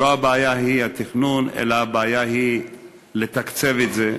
והבעיה היא לא התכנון אלא התקצוב של זה,